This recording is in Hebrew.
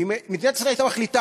ואם מדינת ישראל הייתה מחליטה,